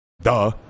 Duh